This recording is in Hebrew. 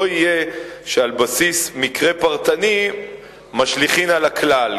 לא יהיה שעל בסיס מקרה פרטני משליכין על הכלל,